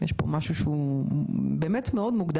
יש פה משהו מאוד מוגדר.